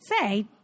say